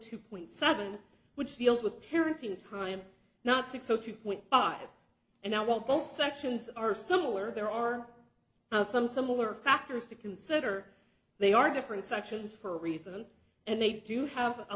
two point seven which deals with parenting time not six o two point five and i want both sections are similar there are now some similar factors to consider they are different sections for a reason and they do have a